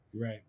Right